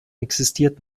existiert